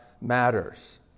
matters